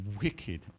wicked